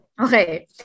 Okay